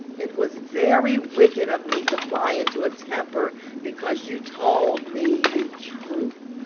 it was very wicked of me to fly into a temper because you told me the truth.